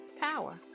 power